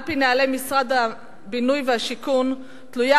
על-פי נוהלי משרד הבינוי והשיכון תלויה